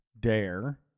dare